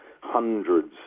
hundreds